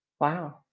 Wow